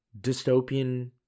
dystopian